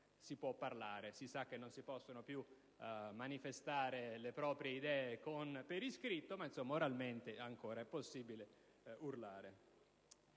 si può parlare. Sappiamo che non si possono più manifestare le proprie idee per iscritto, ma oralmente è ancora possibile farlo,